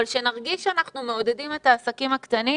אבל שנרגיש שאנחנו מעודדים את העסקים הקטנים